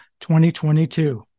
2022